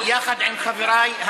יחד עם חבריי,